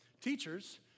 Teachers